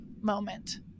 moment